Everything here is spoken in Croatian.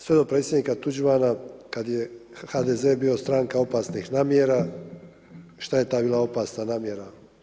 Sve do Predsjednika Tuđmana kad je HDZ bio stranka opasnih namjera, šta je tad bilo opasna namjera.